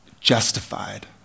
justified